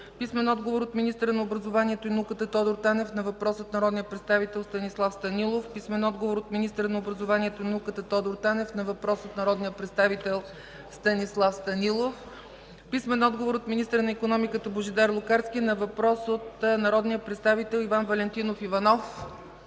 Станилов; - министъра на образованието и науката Тодор Танев на въпрос от народния представител Станислав Станилов; - министъра на образованието и науката Тодор Танев на въпрос от народния представител Станислав Станилов; - министъра на икономиката Божидар Лукарски на въпрос от народния представител Иван Валентинов Иванов;